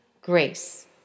Grace